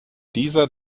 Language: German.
dieser